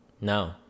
No